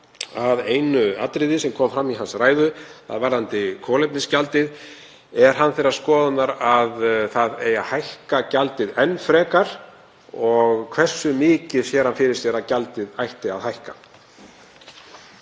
að einu atriði sem kom fram í ræðu hans varðandi kolefnisgjaldið: Er hann þeirrar skoðunar að það eigi að hækka gjaldið enn frekar? Hversu mikið sér hann fyrir sér að gjaldið ætti að hækka?